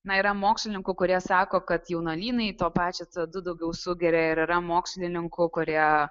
na yra mokslininkų kurie sako kad jaunuolynai to pačio co du daugiau sugeria ir yra mokslininkų kurie